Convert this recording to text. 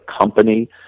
company